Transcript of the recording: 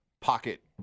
pocket